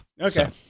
Okay